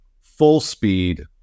full-speed